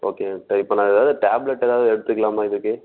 okay doctor இப்போ நான் எதாவது டேப்லெட் எதாவது எடுத்துக்கலாமா இதுக்கு